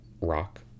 rock